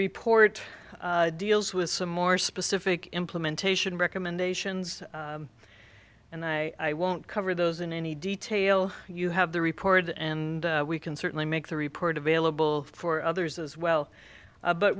report deals with some more specific implementation recommendations and i won't cover those in any detail you have the report and we can certainly make the report available for others as well